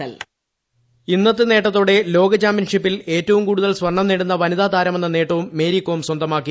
L ഇന്നത്തെ നേട്ടത്തോടെ ലോകചാമ്പ്യൻ ഷിപ്പിൽ ഏറ്റവും കൂടുതൽ സ്വർണ്ണം നേടുന്ന വനിതാ താരമെന്ന നേട്ടവും മേരികോം സ്വന്തമാക്കി